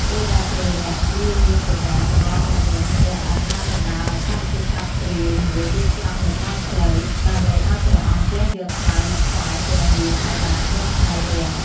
ពេលដែលព្រះលក្សណ៍លានាងសីតា ត្រឡប់មកវិញព្រះឥន្ទ្របានបណ្តាលឱ្យកើតជាសត្វទ្រាយមួយដេកស្លាប់នៅក្បែរផ្លូវ ដើម្បីឱ្យព្រះអង្គវះយកថ្លើមមកថ្វាយព្រះរាមឱ្យបានមុនថ្ងៃរះ។